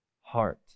heart